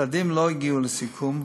הצדדים לא הגיעו לסיכום,